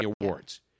Awards